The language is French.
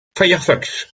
firefox